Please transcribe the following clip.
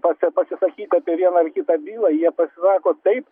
pasi pasisakyti apie vieną ar kitą bylą jie pasisako taip